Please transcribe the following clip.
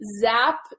zap